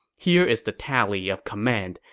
here is the tally of command.